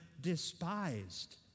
despised